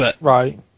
Right